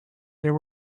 there